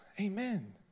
Amen